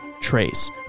trace